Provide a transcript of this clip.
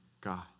God